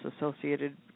associated